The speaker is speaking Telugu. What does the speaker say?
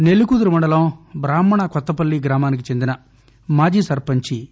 నెల్లికుదురు మండలం బ్రాహ్మణ కొత్తపల్లి గ్రామానికి చెందిన మాజీ సర్పంచ్ ఎం